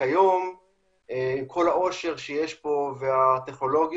וכיום עם כל העושר שיש פה והטכנולוגיות,